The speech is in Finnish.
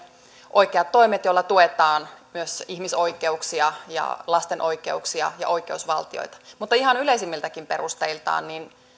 oikeat toimet joilla tuetaan myös ihmisoikeuksia ja lasten oikeuksia ja oikeusvaltioita mutta ihan yleisimmiltäkin perusteiltaan